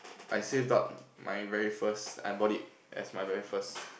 I saved up my very first I bought it as my very first